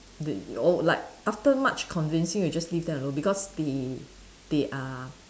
the you'll like after much convincing you just leave them alone because they they are